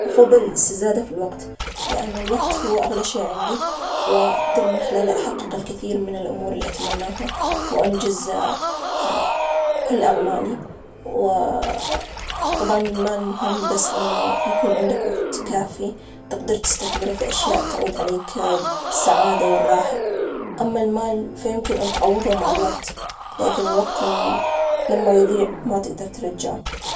أفضل الاستزادة في الوقت، لأن الوقت هو أغلى شيء عندي، وأجدر من خلاله أحقق الكثير من الأمور اللي أتمناها وأنجز. كل أعمالي، و طبعا المال مهم، بس لما يكون عندك وقت كافي تقدر تستثمره في أشياء تعود عليك بالسعادة والراحة، أما المال فيمكن أن تعوضه مع الوقت، لكن الوقت لم- لما يضيع، ما تقدر ترجعه.